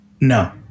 No